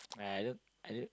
uh I don't I don't